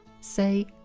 say